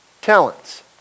talents